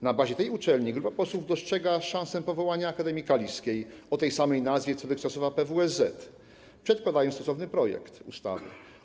Na bazie tej uczelni grupa posłów dostrzega szansę powołania Akademii Kaliskiej o tej samej nazwie, co dotychczasowa PWSZ, przedkładając stosowny projekt ustawy.